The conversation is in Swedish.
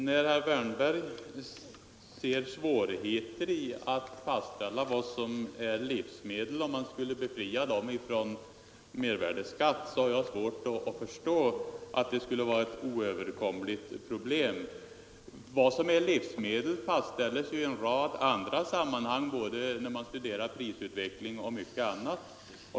Herr talman! Herr Wärnberg ser svårigheter i att fastställa vad som är livsmedel, om man skulle befria livsmedel från mervärdeskatt, men jag har svårt att förstå att det skulle vara ett oöverkomligt problem. Vad som är livsmedel fastställs i en rad andra sammanhang både när man studerar prisutveckling och mycket annat.